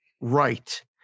right